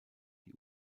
die